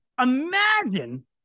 imagine